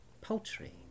poultry